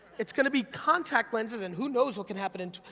it's gonna be contact lenses and who knows what could happen in,